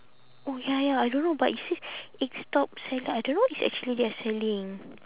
oh ya ya I don't know but it say egg stop salad I don't know what is actually they are selling